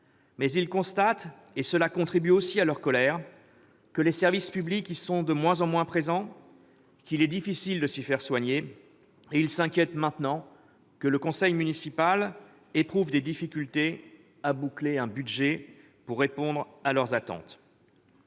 mais ils constatent, et cela contribue aussi à leur colère, que les services publics y sont de moins en moins présents et qu'il est difficile de s'y faire soigner. Ils s'inquiètent désormais que le conseil municipal éprouve des difficultés à boucler un budget pour répondre à leurs attentes.